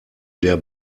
der